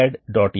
m ఉంది